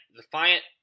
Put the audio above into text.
Defiant